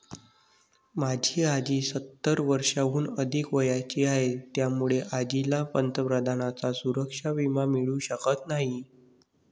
माझी आजी सत्तर वर्षांहून अधिक वयाची आहे, त्यामुळे आजीला पंतप्रधानांचा सुरक्षा विमा मिळू शकत नाही